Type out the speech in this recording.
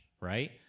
Right